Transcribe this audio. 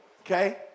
Okay